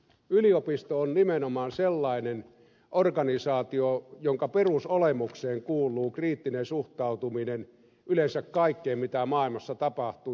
yliopisto on nimenomaan sellainen organisaatio jonka perusolemukseen kuuluu kriittinen suhtautuminen yleensä kaikkeen mitä maailmassa tapahtuu